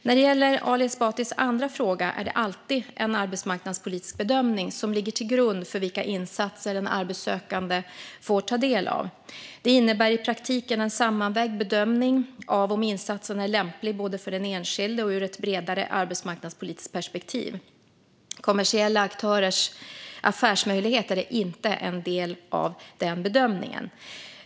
När det gäller Ali Esbatis andra fråga är det alltid en arbetsmarknadspolitisk bedömning som ligger till grund för vilka insatser en arbetssökande får ta del av. Det innebär i praktiken en sammanvägd bedömning av om insatsen är lämplig både för den enskilde och ur ett bredare arbetsmarknadspolitiskt perspektiv. Kommersiella aktörers affärsmöjligheter är inte en del av den bedömningen.